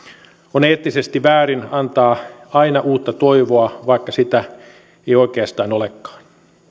on eettisesti väärin antaa aina uutta toivoa vaikka sitä ei oikeastaan olekaan